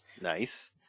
Nice